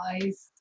guys